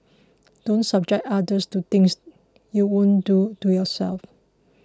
don't subject others to things you won't do to yourself